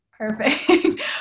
Perfect